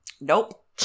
Nope